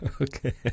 Okay